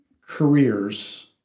careers